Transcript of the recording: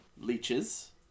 leeches